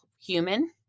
human